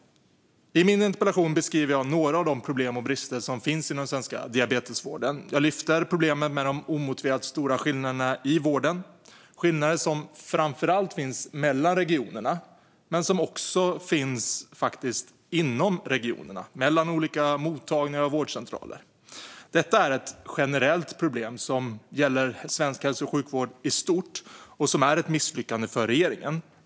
I min interpellation beskriver jag några av de problem och brister som finns i den svenska diabetesvården. Jag lyfter fram problemen med de omotiverat stora skillnaderna i vården, skillnader som framför allt finns mellan regionerna men som också faktiskt finns inom regionerna mellan olika mottagningar och vårdcentraler. Detta är ett generellt problem som gäller svensk hälso och sjukvård i stort och som är ett misslyckande för regeringen.